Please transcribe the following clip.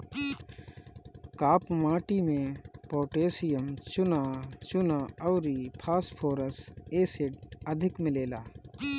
काप माटी में पोटैशियम, चुना, चुना अउरी फास्फोरस एसिड अधिक मिलेला